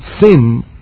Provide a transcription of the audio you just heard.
sin